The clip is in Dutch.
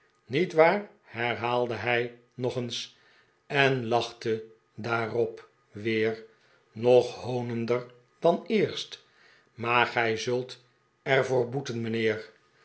niet waar herhaalde hij nog eens en lachte daarop weer nog hoonender dan eerst maar gij zult er voor boeten mijnheer